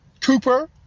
Cooper